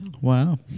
Wow